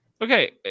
okay